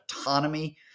autonomy